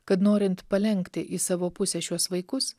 kad norint palenkti į savo pusę šiuos vaikus